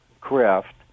craft